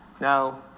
now